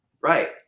Right